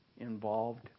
involved